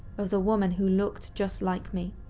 of the woman who looked just like me,